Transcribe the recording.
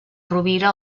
rovira